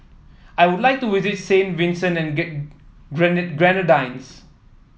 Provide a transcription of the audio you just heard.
I would like to visit Saint Vincent and Grenadines